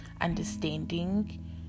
understanding